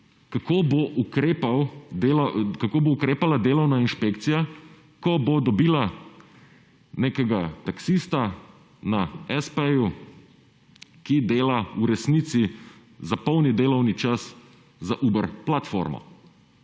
kako bo ukrepala delovna inšpekcija, ko bo dobila nekega taksista na s. p.-ju, ki dela v resnici za polni delovni čas za Uber platformo?